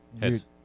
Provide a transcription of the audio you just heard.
heads